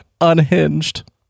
unhinged